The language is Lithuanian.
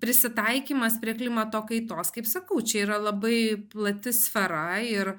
prisitaikymas prie klimato kaitos kaip sakau čia yra labai plati sfera ir